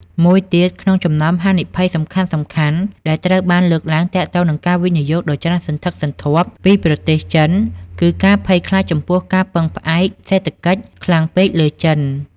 មួយទៀតក្នុងចំណោមហានិភ័យសំខាន់ៗដែលត្រូវបានលើកឡើងទាក់ទងនឹងការវិនិយោគដ៏ច្រើនសន្ធឹកសន្ធាប់ពីប្រទេសចិន គឺការភ័យខ្លាចចំពោះការពឹងផ្អែកសេដ្ឋកិច្ចខ្លាំងពេកលើចិន។